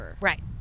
right